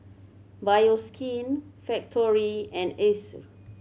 Bioskin Factorie and Acer